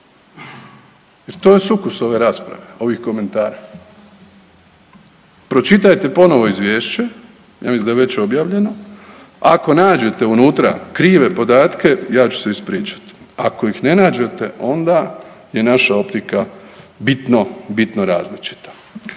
Jer to je sukus ove rasprave, ovih komentara. Pročitajte ponovo izvješće, ja mislim da je već objavljeno. Ako nađete unutra krive podatke, ja ću se ispričati. Ako ih ne nađete onda je naša optika bitno, bitno različita.